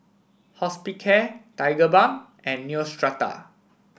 Hospicare Tigerbalm and Neostrata